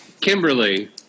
Kimberly